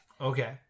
Okay